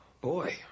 Boy